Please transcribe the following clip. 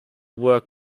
work